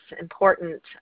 important